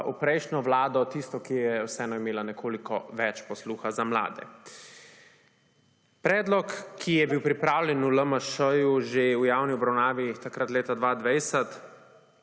v prejšnjo Vlado, tisto ki je vseeno imela nekoliko več posluha za mlade. Predlog, ki je bil pripravljen v LMŠ že v javni obravnavi takrat leta 2020,